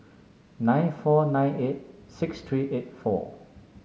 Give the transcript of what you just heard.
nine four nine eight six three eight four